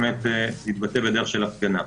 להתבטא בדרך של הפגנה.